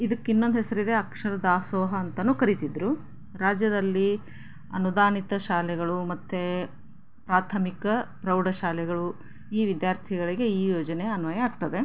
ಇದಕ್ಕೆ ಇನ್ನೊಂದು ಹೆಸರಿದೆ ಅಕ್ಷರ ದಾಸೋಹ ಅಂತಲೂ ಕರೀತಿದ್ದರು ರಾಜ್ಯದಲ್ಲಿ ಅನುದಾನಿತ ಶಾಲೆಗಳು ಮತ್ತು ಪ್ರಾಥಮಿಕ ಪ್ರೌಢಶಾಲೆಗಳು ಈ ವಿದ್ಯಾರ್ಥಿಗಳಿಗೆ ಈ ಯೋಜನೆ ಅನ್ವಯ ಆಗ್ತದೆ